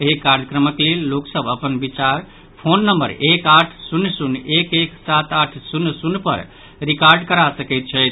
एहि कार्यक्रमक लेल लोक सभ अपन विचार फोन नम्बर एक आठ शून्य शून्य एक एक सात आठ शून्य शून्य पर रिकॉर्ड करा सकैत छथि